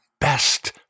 best